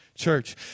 church